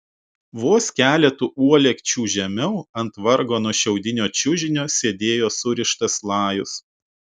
vos keletu uolekčių žemiau ant vargano šiaudinio čiužinio sėdėjo surištas lajus